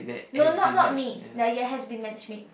no not not me ya has been matched make